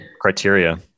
criteria